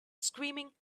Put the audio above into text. screaming